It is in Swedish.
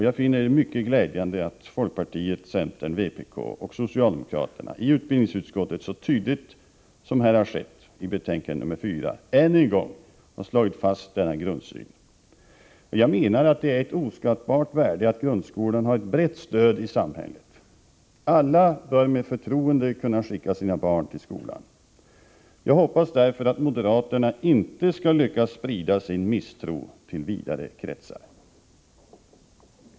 Jag finner det mycket glädjande att folkpartiet, centerpartiet, vpk och socialdemokraterna i utbildningsutskottet så tydligt som har skett i betänkande nr 4 än en gång har slagit fast den här grundsynen. Jag menar att det är ett oskattbart värde att grundskolan har ett brett stöd i samhället. Alla bör med förtroende kunna skicka sina barn till skolan. Jag hoppas därför att moderaterna inte skall lyckas sprida sin misstro till vidare kretsar.